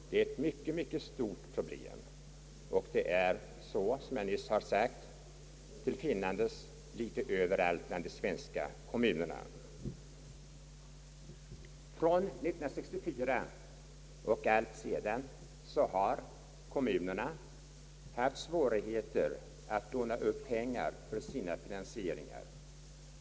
Det är ett mycket stort problem och det är, som jag nyss har sagt, tillfinnandes litet överallt bland de svenska kommunerna. Allt sedan år 1964 har kommunerna haft svårigheter att låna upp pengar för sina finansieringar.